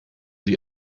sie